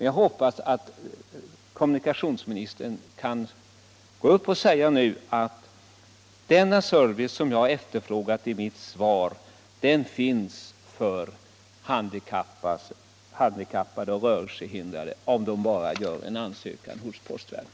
Jag hoppas att kommunikationsministern nu kan bekräfta att den service som jag efterlyst i min fråga finns för handikappade och rörelsehindrade, om de bara gör en ansökan hos postverket.